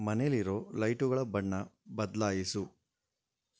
ಮನೆಲಿರೋ ಲೈಟುಗಳ ಬಣ್ಣ ಬದಲಾಯಿಸು